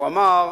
הוא אמר: